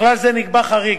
לכלל זה נקבע חריג,